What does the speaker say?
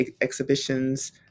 exhibitions